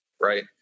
right